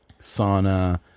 sauna